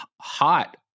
hot